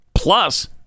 Plus